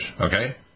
okay